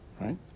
right